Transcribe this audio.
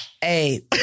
hey